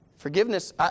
Forgiveness